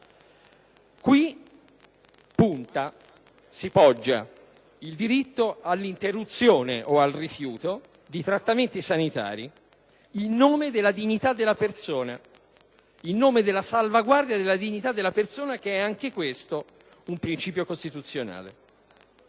Qui si poggia il diritto all'interruzione o al rifiuto di trattamenti sanitari in nome della salvaguardia della dignità della persona, che è anche questo un principio costituzionale.